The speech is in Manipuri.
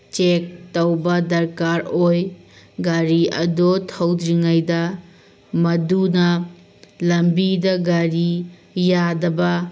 ꯆꯦꯛ ꯇꯧꯕ ꯗꯔꯀꯥꯔ ꯑꯣꯏ ꯒꯥꯔꯤ ꯑꯗꯣ ꯊꯧꯗ꯭ꯔꯤꯉꯩꯗ ꯃꯗꯨꯅ ꯂꯝꯕꯤꯗ ꯒꯥꯔꯤ ꯌꯥꯗꯕ